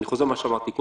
אני חוזר למה שאמרתי,